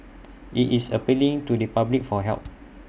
IT is appealing to the public for help